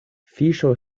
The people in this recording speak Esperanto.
fiŝo